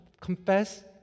confess